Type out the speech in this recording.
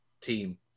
team